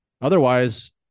Otherwise